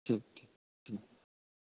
ٹھیک ٹھیک ٹھیک